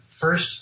first